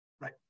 Right